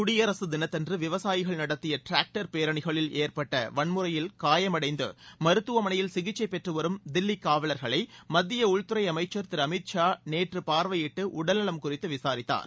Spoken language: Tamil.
குயடிரக தினத்தன்று விவசாயிகள் நடத்திய டிராக்டர் பேரணிகளில் ஏற்பட்ட வன்முறையில் காயமடைந்து மருத்துவமனையில் சிகிச்சை பெற்று வரும் தில்லி காவலர்களை மத்திய உள்துறை அமைச்சர் திரு அமித் ஷா நேற்று பார்வையிட்டு உடல் நலம் குறித்து விசாரித்தார்